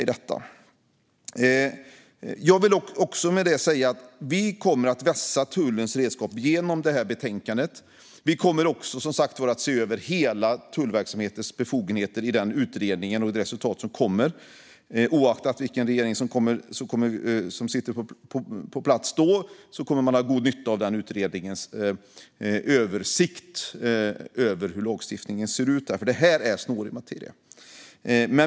Med detta vill jag säga att vi genom betänkandet kommer att vässa tullens redskap. Vi kommer som sagt var också att se över hela tullverksamhetens befogenheter i den utredning vars resultat kommer att komma. Oavsett vilken regering som sitter på plats då kommer man att ha god nytta av utredningens översikt över hur lagstiftningen ser ut, för det här är snårig materia.